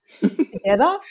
together